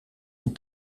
een